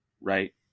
Right